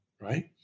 right